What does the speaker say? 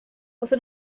você